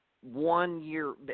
one-year –